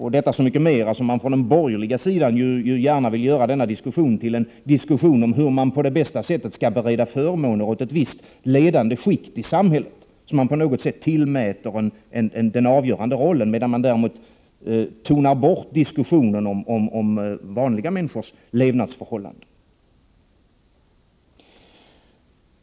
Det är så mycket mer angeläget som man från den borgerliga sidan gärna vill få den diskussionen att gälla hur man på bästa sätt skall bereda förmåner åt ett visst ledande skikt i samhället, som man på något sätt tillmäter en avgörande roll, medan man däremot tonar bort diskussionen om vanliga människors levnadsförhållanden.